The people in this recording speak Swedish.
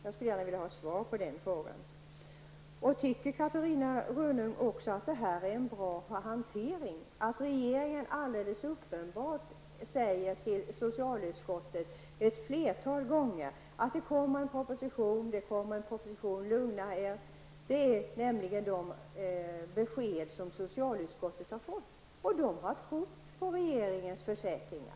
Jag vill gärna få ett svar på den frågan. Anser vidare Catarina Rönnung att det är en bra hantering att regeringen -- som den uppenbarligen har gjort ett flertal gånger -- säger till socialstyrelsen: Lugna er, det kommer snart en proposition! Det är nämligen det besked som socialstyrelsen har fått, och man har trott på regeringens försäkringar.